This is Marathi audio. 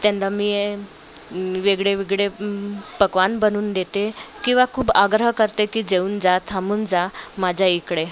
त्यांना मी ए वेगळे वेगळे पक्वान बनून देते किंवा खूप आग्रह करते की जेऊन जा थांबून जा माझ्या इकडे